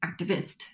activist